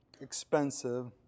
expensive